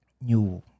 new